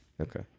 Okay